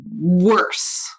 worse